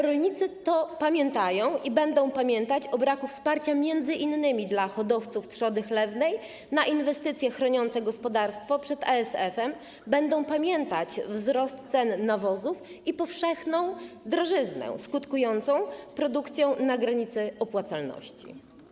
Rolnicy to pamiętają i będą pamiętać o braku wsparcia, m.in. dla hodowców trzody chlewnej na inwestycje chroniące gospodarstwa przed ASF-em, będą pamiętać wzrost cen nawozów i powszechną drożyznę skutkującą produkcją na granicy opłacalności.